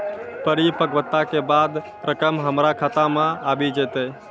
परिपक्वता के बाद रकम हमरा खाता मे आबी जेतै?